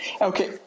Okay